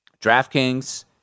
DraftKings